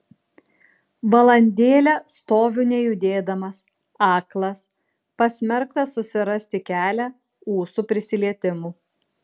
valandėlę stoviu nejudėdamas aklas pasmerktas susirasti kelią ūsų prisilietimu